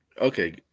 Okay